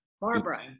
Barbara